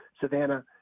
Savannah